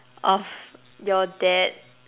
of your dad